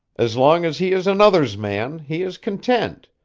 as long as he is another's man, he is content.